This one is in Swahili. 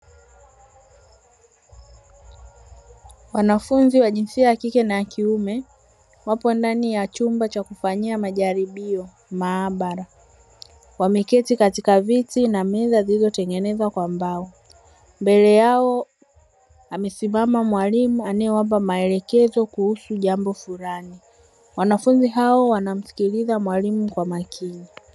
Wanafunzi wa jinsia ya kike na ya kiume, wapo ndani ya chumba cha kufanyia majaribio maabara. Wameketi katika viti na meza zilizotengenezwa kwa mbao. Mbele yao amesimama mwalimu anayewapa maelekezo kuhusu jambo fulani. Wanafunzi hao wanamsikiliza mwalimu kwa umakini.